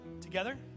together